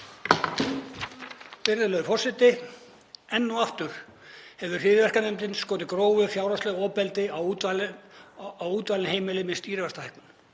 Virðulegur forseti. Enn og aftur hefur hryðjuverkanefndin skotið grófu fjárhagslegu ofbeldi á útvalin heimili með stýrivaxtahækkun.